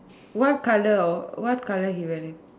what colour or what colour he wearing